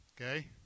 Okay